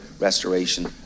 Restoration